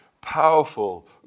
powerful